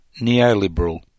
neoliberal